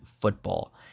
football